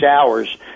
hours